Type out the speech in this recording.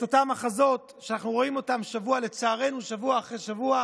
את אותם מחזות שאנחנו רואים שבוע אחרי שבוע,